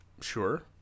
Sure